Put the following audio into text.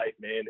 man